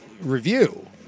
review